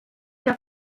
der